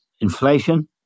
inflation